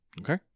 Okay